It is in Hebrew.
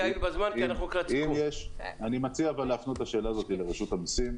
אני מציע להפנות את השאלה לרשות המסים,